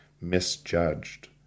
misjudged